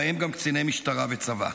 ובהם גם קציני משטרה וצבא.